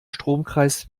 stromkreis